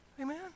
Amen